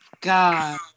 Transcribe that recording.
God